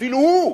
אפילו הוא,